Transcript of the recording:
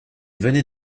venait